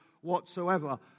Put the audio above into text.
whatsoever